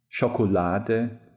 Schokolade